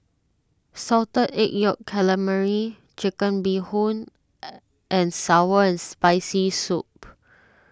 Salted Egg Yolk Calamari Chicken Bee Hoon and Sour and Spicy Soup